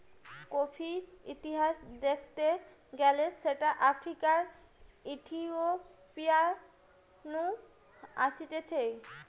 কফির ইতিহাস দ্যাখতে গেলে সেটা আফ্রিকার ইথিওপিয়া নু আসতিছে